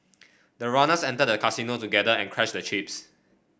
the runners entered the casino together and cashed the chips